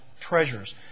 treasures